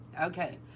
Okay